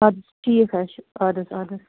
اَدٕ ٹھیٖک حظ چھُ اَدٕ حظ اَدٕ حظ